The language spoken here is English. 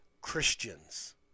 christians